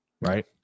Right